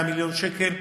100 מיליון שקל,